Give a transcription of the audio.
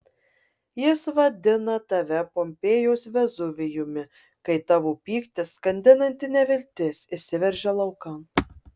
jis vadina tave pompėjos vezuvijumi kai tavo pyktis skandinanti neviltis išsiveržia laukan